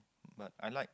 but I like